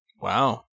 Wow